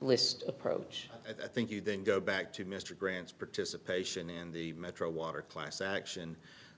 list approach i think you then go back to mr grant's participation in the metro water class action